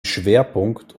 schwerpunkt